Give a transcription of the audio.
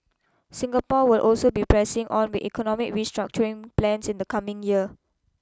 Singapore will also be pressing on with economic restructuring plans in the coming year